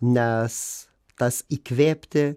nes tas įkvėpti